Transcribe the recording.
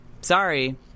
sorry